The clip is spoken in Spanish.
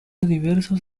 diversos